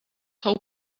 hope